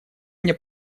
мне